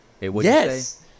Yes